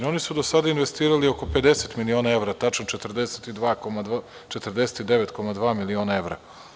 Oni su do sada investirali oko 50 miliona evra, tačne 49,2 miliona evra.